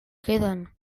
queden